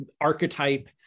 Archetype